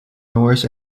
norris